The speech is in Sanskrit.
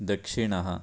दक्षिणः